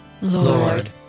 Lord